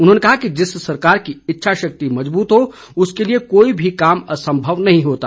उन्होंने कहा कि जिस सरकार की इच्छा शक्ति मजबूत हो उसके लिए कोई भी काम असंभव नहीं होता